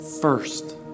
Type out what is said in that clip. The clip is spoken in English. first